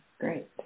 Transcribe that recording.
Great